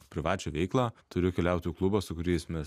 privačią veiklą turiu keliautojų klubą su kuriais mes